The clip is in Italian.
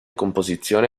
composizione